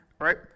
right